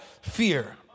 Fear